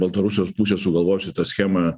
baltarusijos pusė sugalvojusi tą schemą